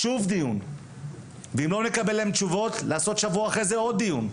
אם לא נקבל מהם תשובות לעשות עוד דיון בשבוע שאחריו.